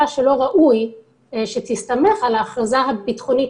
שלא ראוי שתסתמך על ההכרזה הביטחונית,